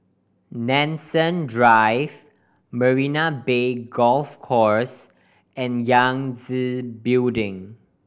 Nanson Drive Marina Bay Golf Course and Yangtze Building